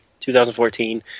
2014